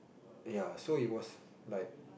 ya so it was like